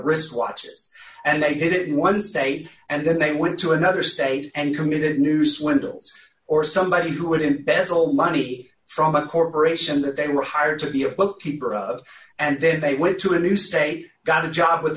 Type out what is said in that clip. of risk watches and they did it in one state and then they went to another state and committed new swindles or d somebody who wouldn't bezel money from a corporation that they were hired to be a bookkeeper and then they went to a new state got a job with